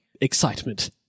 excitement